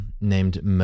named